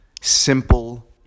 simple